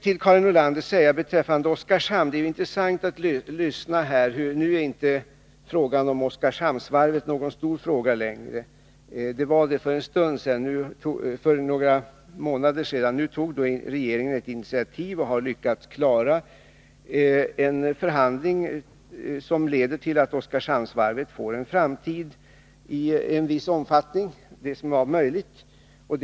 Till Karin Nordlander vill jag säga att det är intressant att höra att frågan om Oskarshamnsvarvet nu inte längre är någon stor fråga. Det var den för några månader sedan. Sedan har regeringen tagit ett initiativ och har lyckats klara en förhandling som leder till att Oskarshamnsvarvet får en framtid i en viss möjlig omfattning.